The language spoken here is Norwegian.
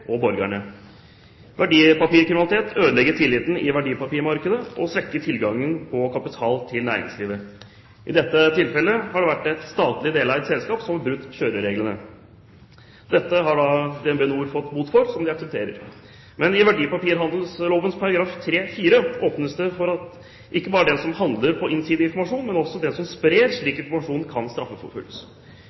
og borgerne. Verdipapirkriminalitet ødelegger tilliten i verdipapirmarkedet og svekker tilgangen på kapital til næringslivet. I dette tilfellet har det vært et statlig deleid selskap som har brutt kjørereglene. Dette har da DnB NOR fått bot for, som de aksepterer. Men i verdipapirhandelloven § 3-4 åpnes det for at ikke bare den som handler på innsideinformasjon, men også den som sprer slik informasjon, kan straffeforfølges.